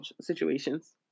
situations